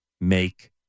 make